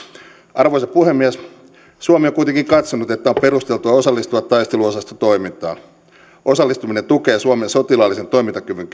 arvoisa puhemies suomi on kuitenkin katsonut että on perusteltua osallistua taisteluosastotoimintaan osallistuminen tukee suomen sotilaallisen toimintakyvyn